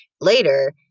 later